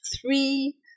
three